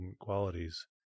qualities